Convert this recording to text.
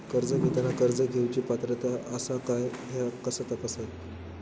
कर्ज घेताना कर्ज घेवची पात्रता आसा काय ह्या कसा तपासतात?